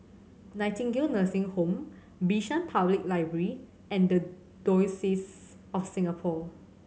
Nightingale Nursing Home Bishan Public Library and The Diocese of Singapore